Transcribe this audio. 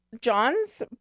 John's